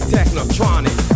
TechnoTronic